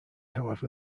however